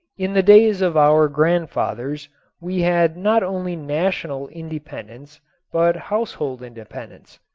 in the days of our grandfathers we had not only national independence but household independence.